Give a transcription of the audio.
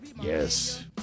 Yes